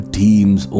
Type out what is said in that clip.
teams